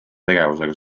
tegevusega